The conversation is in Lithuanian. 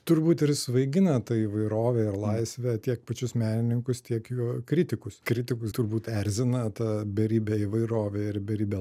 turbūt ir svaigina ta įvairovė ir laisvė tiek pačius menininkus tiek jų kritikus kritikus turbūt erzina ta beribė įvairovė ir beribė